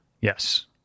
yes